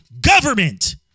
government